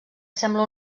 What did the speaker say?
sembla